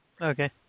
okay